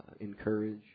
Encourage